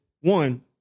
one